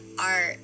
art